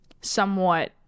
somewhat